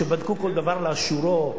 שבדקו כל דבר לאשורו,